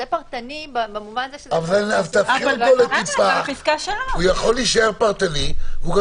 זה פרטני במובן הזה --- הוא יכול להישאר פרטני והוא גם